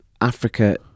Africa